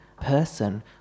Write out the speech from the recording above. person